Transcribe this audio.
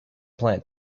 plant